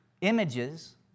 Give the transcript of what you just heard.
images